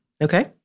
Okay